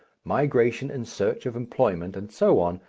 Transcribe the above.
migration in search of employment and so on,